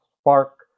Spark